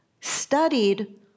studied